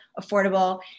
affordable